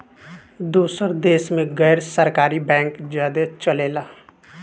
दोसर देश मे गैर सरकारी बैंक ज्यादे चलेला